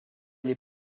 les